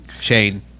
shane